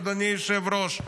אדוני היושב-ראש,